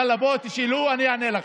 יאללה, בואו תשאלו, אני אענה לכם.